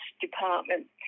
department